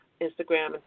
Instagram